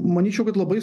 manyčiau kad labai